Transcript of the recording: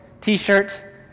T-shirt